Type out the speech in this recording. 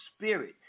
spirit